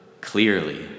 clearly